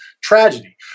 tragedy